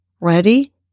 Ready